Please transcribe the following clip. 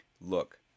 Look